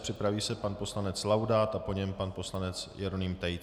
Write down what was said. Připraví se pan poslanec Laudát a po něm pan poslanec Jeroným Tejc.